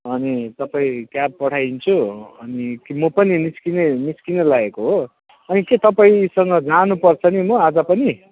अनि तपाईँ क्याब पठाइदिन्छु अनि कि म पनि निस्किने निस्कन लागेको हो अनि के तपाईँसँग जानुपर्छ नि म आज पनि